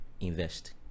invest